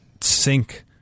sink